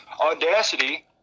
Audacity